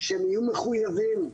שהם יהיו מחויבים להחזיק,